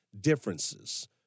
differences